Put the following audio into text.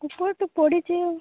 ଉପରୁ ତ ପଡ଼ିଛି